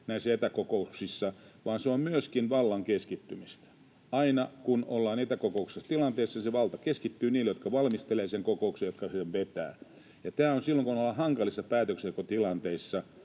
näissä etäkokouksissa, vaan se on myöskin vallan keskittymistä. Aina, kun ollaan etäkokousten tilanteessa, se valta keskittyy niille, jotka valmistelevat sen kokouksen ja jotka sen vetävät. Ja silloin kun ollaan hankalissa päätöksentekotilanteissa